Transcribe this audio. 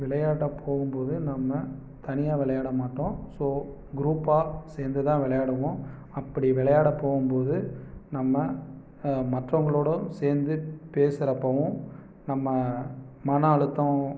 விளையாடப் போகும்போது நம்ம தனியாக விளையாட மாட்டோம் ஸோ குரூப்பாக சேர்ந்துதான் விளையாடுவோம் அப்படி விளையாட போகும்போது நம்ம மற்றவங்களோடு சேர்ந்து பேசுறப்போவும் நம்ம மன அழுத்தோம்